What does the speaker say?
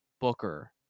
Booker